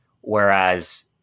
whereas